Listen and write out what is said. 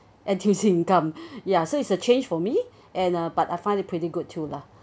N_T_U_C income ya so it's a change for me and uh but I find it pretty good too lah